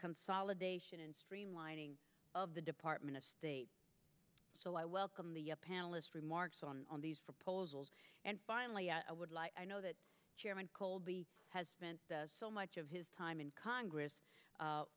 consolidation and streamlining of the department of state so i welcome the panelist remarks on these proposals and finally i would like i know that chairman colby has spent so much of his time in congress